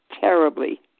terribly